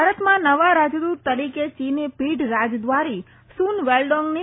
ભારતમાં નવા રાજદૂત તરીકે ચીને પીઢ રાજદ્વારી સુન વેલડોંગની